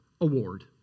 Award